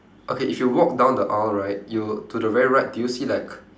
okay if you walk down the aisle right you'll to the very right do you see like